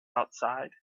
outside